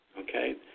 Okay